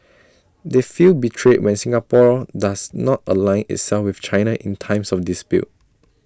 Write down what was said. they feel betrayed when Singapore does not align itself with China in times of dispute